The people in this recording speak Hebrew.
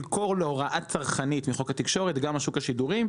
קול קורא להוראה צרכנית בחוק התקשורת וגם שוק התקשורת,